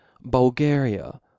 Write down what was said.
Bulgaria